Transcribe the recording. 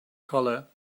colour